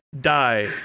die